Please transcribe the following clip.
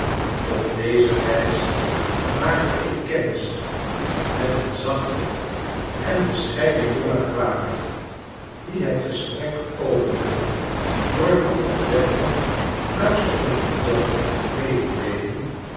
op deze reis maakte ik kennis met eenzachten en bescheiden jongen kwaker die het gesprek opende door me op deftig fluisterenden toon mee te deelen